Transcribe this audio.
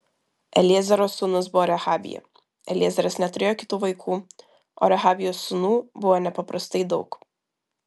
eliezero sūnus buvo rehabija eliezeras neturėjo kitų vaikų o rehabijos sūnų buvo nepaprastai daug